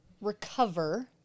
Recover